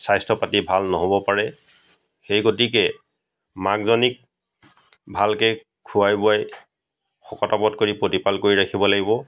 স্বাস্থ্য পাতি ভাল নহ'ব পাৰে সেই গতিকে মাকজনীক ভালকৈ খুৱাই বোৱাই শকত আবত কৰি প্ৰতিপাল কৰি ৰাখিব লাগিব